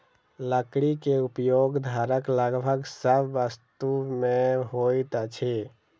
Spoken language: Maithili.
लकड़ी के उपयोग घरक लगभग सभ वस्तु में होइत अछि